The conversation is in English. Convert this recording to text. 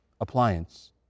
appliance